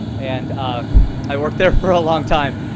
and i worked there for a long time.